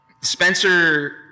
Spencer